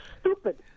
stupid